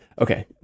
Okay